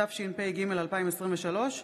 התשפ"ג 2023,